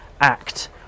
act